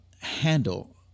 handle